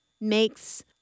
makes